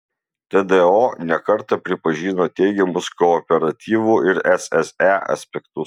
tdo ne kartą pripažino teigiamus kooperatyvų ir sse aspektus